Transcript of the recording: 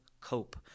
cope